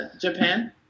Japan